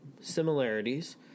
similarities